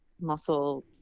muscle